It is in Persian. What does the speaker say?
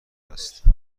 است